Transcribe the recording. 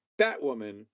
Batwoman